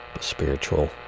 Spiritual